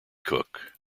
cook